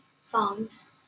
songs